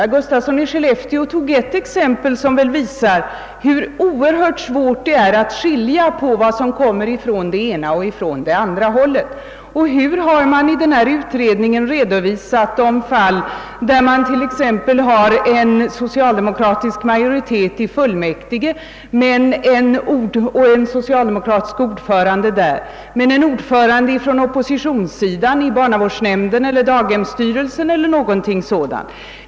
Herr Gustafsson i Skellefteå tog ett exempel som visar hur oerhört svårt det är att skilja på vad som kommer från det ena eller det andra hållet. Hur har man i denna utredning redovisat de fall, där det t.ex. förekommer en socialdemokratisk majoritet och en socialdemokratisk ordförande i en fullmäktigeförsamling, medan oppositionen har en ordförande i t.ex. barnavårdsnämnden eller daghemsstyrelsen?